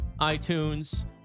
iTunes